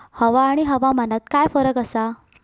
हवा आणि हवामानात काय फरक असा?